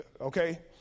Okay